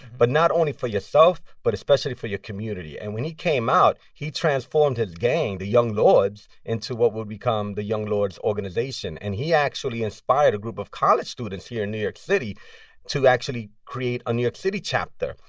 but not only for yourself, but especially for your community. and when he came out, he transformed his gang, the young lords, into what would become the young lords organization. and he actually inspired a group of college students here in new york city to actually create a new york city chapter,